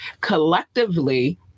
collectively